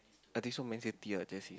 I think so Man-City ah that's it